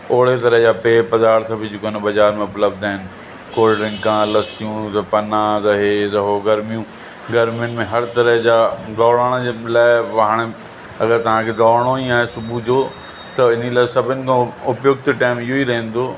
ओड़े तरह जा पेय पदार्थ बि जेके आहिनि बाज़ारि में उपलब्ध आहिनि कोल्ड ड्रिंका लस्सियूं पन्ना त इहे त उहो गर्मियूं गर्मियुनि में हर तरह जा दौड़ण जे लाइ पोइ हाणे अगरि तव्हांखे दौड़णो ई आहे सुबुह जो त इन लाइ सभिनि खां उपयुक्त टाइम इहो ई रहंदो